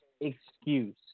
excuse